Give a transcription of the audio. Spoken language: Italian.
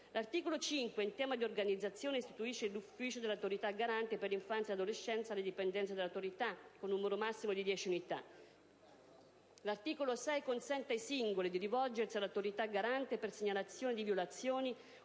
L'articolo 5, in tema di organizzazione, istituisce l'ufficio dell'Autorità garante per l'infanzia e l'adolescenza, alle dipendenze dell'Autorità, con un numero massimo di 10 unità. L'articolo 6 consente ai singoli di rivolgersi all'Autorità garante per la segnalazione di violazioni o